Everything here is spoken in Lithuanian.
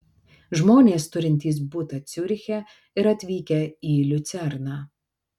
žmonės turintys butą ciuriche ir atvykę į liucerną